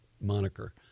moniker